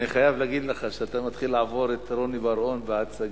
אני חייב להגיד לך שאתה מתחיל לעבור את רוני בר-און בהצגה.